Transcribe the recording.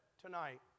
tonight